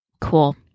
Cool